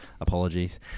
apologies